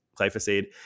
Glyphosate